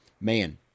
man